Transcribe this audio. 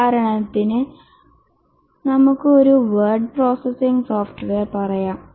ഉദാഹരണത്തിന് നമുക്ക് ഒരു വേഡ് പ്രോസസ്സിംഗ് സോഫ്റ്റ്വെയർ പറയാം